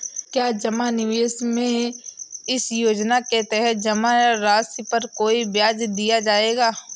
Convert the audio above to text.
क्या जमा निवेश में इस योजना के तहत जमा राशि पर कोई ब्याज दिया जाएगा?